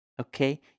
Okay